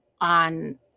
on